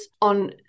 on